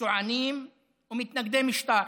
צוענים ומתנגדי משטר.